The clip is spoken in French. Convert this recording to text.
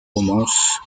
romances